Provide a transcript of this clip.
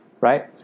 right